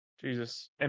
Jesus